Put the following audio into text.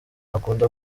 akunda